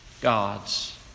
God's